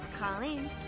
Colleen